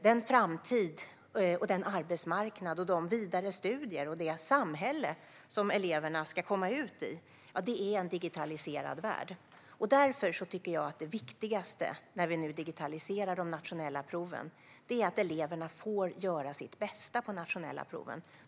Den framtid, den arbetsmarknad, de vidare studier och det samhälle som eleverna ska komma ut till är en digitaliserad värld. Därför är det viktigaste när vi nu digitaliserar de nationella proven att eleverna får göra sitt bästa på de nationella proven.